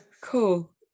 cool